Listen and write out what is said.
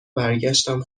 برگشتم